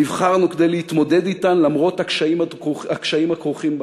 נבחרנו כדי להתמודד אתן למרות הקשיים הכרוכים בעניין.